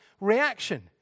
reaction